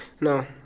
No